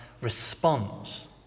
response